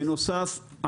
בנוסף,